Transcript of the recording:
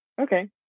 Okay